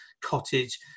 cottage